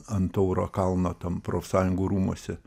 ant tauro kalno tam profsąjungų rūmuose